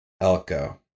Elko